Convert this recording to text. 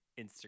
Instagram